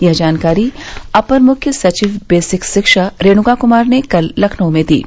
यह जानकारी अपर मुख्य सचिव बेसिक शिक्षा रेणुका कुमार ने कल लखनऊ में दीं